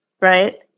Right